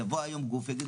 יבוא היום גוף ויגיד,